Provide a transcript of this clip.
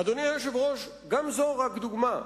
אדוני היושב-ראש, גם זו רק דוגמה.